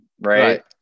right